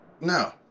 No